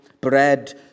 bread